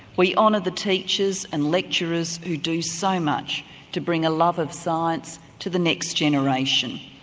we honour the teachers and lecturers who do so much to bring a love of science to the next generation.